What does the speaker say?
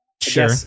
sure